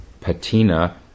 patina